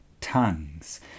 tongues